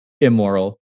immoral